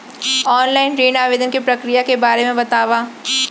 Online ऋण आवेदन के प्रक्रिया के बारे म बतावव?